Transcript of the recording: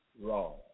wrong